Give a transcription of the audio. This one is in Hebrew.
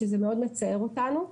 שזה מאוד מצער אותנו.